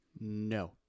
No